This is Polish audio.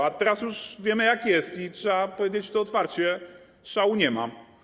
A teraz już wiemy, jak jest, i trzeba powiedzieć to otwarcie: szału nie ma.